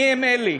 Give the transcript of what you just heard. מי אלה?